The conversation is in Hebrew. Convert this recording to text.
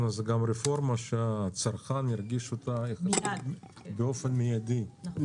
זו גם רפורמה שהצרכן ירגיש אותה באופן מיידי,